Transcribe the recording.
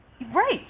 Right